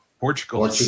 Portugal